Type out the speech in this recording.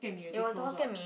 it was a Hokkien-Mee